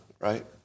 right